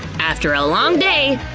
after a long day,